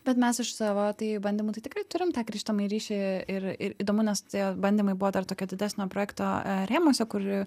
bet mes iš savo tai bandymų tai tikrai turim tą grįžtamąjį ryšį ir ir įdomu nes tie bandymai buvo dar tokio didesnio projekto rėmuose kur